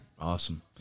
Awesome